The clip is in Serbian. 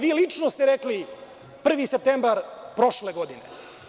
Vi lično ste rekli 1. septembar prošle godine.